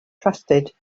trusted